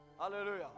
Hallelujah